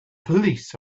police